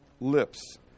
lips